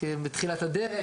כי הם בתחילת הדרך,